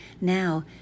now